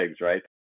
right